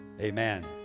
amen